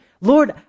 lord